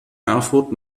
erfurt